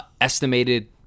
Estimated